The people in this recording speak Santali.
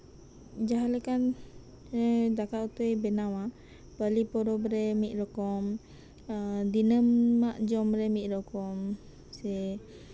ᱡᱟᱸᱦᱟ ᱞᱮᱠᱟᱱ ᱫᱟᱠᱟ ᱩᱛᱩᱭ ᱵᱮᱱᱟᱣᱟ ᱯᱟᱹᱞᱤ ᱯᱚᱨᱚᱵᱽ ᱨᱮ ᱢᱤᱫ ᱨᱚᱠᱚᱢ ᱫᱤᱱᱟᱹᱢ ᱡᱚᱢᱨᱮ ᱢᱤᱫ ᱨᱚᱠᱚᱢ ᱥᱮ